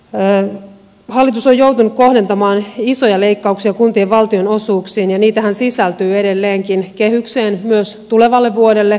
hallitus on joutunut kohdentamaan isoja leikkauksia kuntien valtionosuuksiin ja niitähän sisältyy edelleenkin kehykseen tulevalle vuodelle